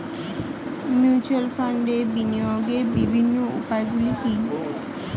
Mutual ফান্ডে বিনিয়োগের বিভিন্ন উপায়গুলি কি কি?